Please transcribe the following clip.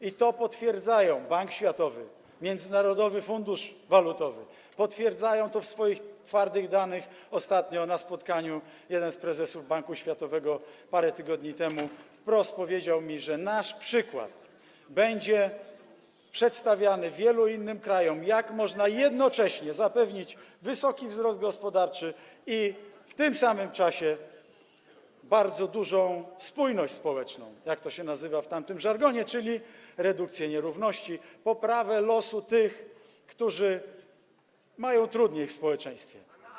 I to potwierdzają Bank Światowy, Międzynarodowy Fundusz Walutowy, potwierdził to na podstawie swoich twardych danych ostatnio, parę tygodni temu, na spotkaniu jeden z prezesów Banku Światowego, który wprost powiedział mi, że nasz przykład będzie przedstawiany wielu innym krajom, jak można jednocześnie zapewnić wysoki wzrost gospodarczy i w tym samym czasie bardzo dużą spójność społeczną, jak to się nazywa w tamtym żargonie, czyli redukcję nierówności, poprawę losu tych, którzy mają trudniej w społeczeństwie.